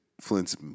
Flint's